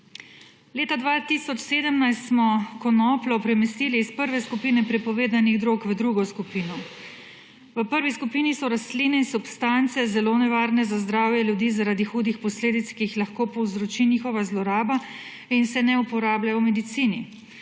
Leta 2017 smo konopljo premestili iz prve skupine prepovedanih drog v drugo skupino. V prvi skupini so rastline in substance – zelo nevarne za zdravje ljudi zaradi hudih posledic, ki jih lahko povzroči njihova zloraba, in se ne uporabljajo v medicini.